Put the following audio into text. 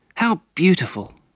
how beautiful!